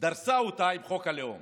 דרסה אותה עם חוק הלאום